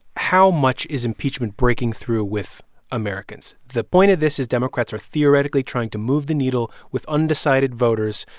how much is impeachment breaking through with americans? the point of this is democrats are theoretically trying to move the needle with undecided voters,